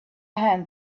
hand